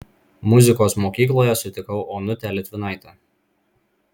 muzikos mokykloje sutikau onutę litvinaitę